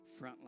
frontline